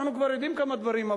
אנחנו כבר יודעים כמה דברים,